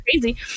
crazy